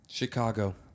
Chicago